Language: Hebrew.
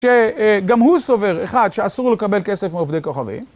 שגם הוא סובר אחד שאסור לקבל כסף מעובדי כוכבים.